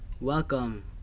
Welcome